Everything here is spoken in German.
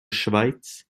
schweiz